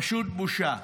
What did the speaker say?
פשוט בושה.